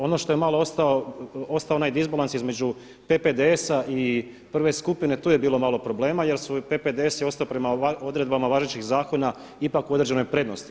Ono što je malo ostao onaj disbalans između PPDS-a i prve skupine tu je bilo malo problema, jer su PPDS je ostao prema odredbama važećeg zakona ipak u određenoj prednosti.